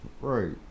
Right